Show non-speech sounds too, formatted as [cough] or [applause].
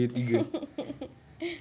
[laughs]